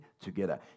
together